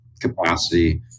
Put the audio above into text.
capacity